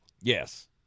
yes